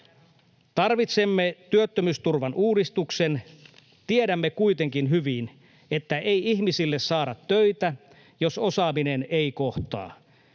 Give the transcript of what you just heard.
Tarvitsemme työttömyysturvan uudistuksen. Tiedämme kuitenkin hyvin, että ei ihmisille saada töitä, jos osaaminen ei kohtaa.